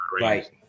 right